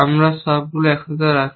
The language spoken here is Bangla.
আমরা সবগুলো একসাথে রাখি